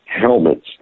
helmets